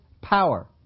power